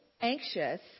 anxious